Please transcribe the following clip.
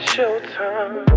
Showtime